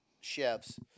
chefs